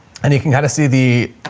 and you can kind of see the,